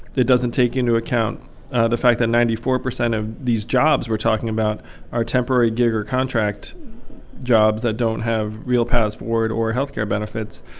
that doesn't take into account the fact that ninety four percent of these jobs we're talking about are temporary gig or contract jobs that don't have real paths forward or health care benefits.